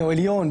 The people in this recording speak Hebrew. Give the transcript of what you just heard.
או העליון,